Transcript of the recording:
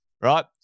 right